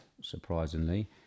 surprisingly